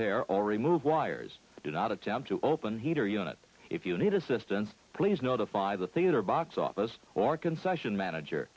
there or remove wires do not attempt to open heater unit if you need assistance please notify the theater box office or concession manager